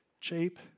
cheap